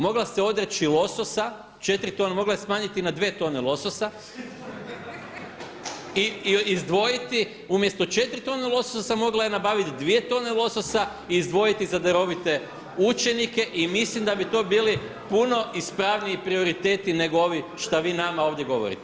Mogla se odreći lososa, 4 tone mogla je smanjiti na 2 tone lososa … /Smijeh u dvorani./ … i izdvojiti umjesto 4 tone lososa mogla je nabaviti 2 tone lososa i izdvojiti za darovite učenike i mislim da bi to bili puno ispravniji prioriteti nego ovi šta vi nama ovdje govorite.